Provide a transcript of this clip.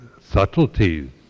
subtleties